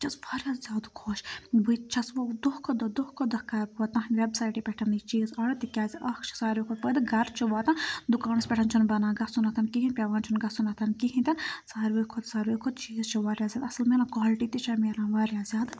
بہٕ چھَس واریاہ زیادٕ خۄش بہٕ چھَس وٕ دۄہ کھۄتہٕ دۄہ دۄہ کھۄ دۄہ کَرٕ بہٕ تُہٕنٛدۍ وٮ۪بسایٹہِ پٮ۪ٹھ یہِ چیٖز آرڈَر تِکیٛازِ اَکھ چھِ ساروی کھۄتہٕ پٲدٕ گَرٕ چھِ واتان دُکانَس پٮ۪ٹھ چھُنہٕ بَنان گژھُن اَتھ کِہیٖنۍ پٮ۪وان چھُنہٕ گژھُن اَتھ کِہیٖنۍ تہِ نہٕ ساروٕے کھۄتہٕ ساروی کھۄتہٕ چیٖز چھِ واریاہ زیادٕ اَصٕل ملان کالٹی تہِ چھےٚ ملان واریاہ زیادٕ اَصٕل